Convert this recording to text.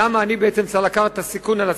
למה אני צריך לקחת את הסיכון על עצמי?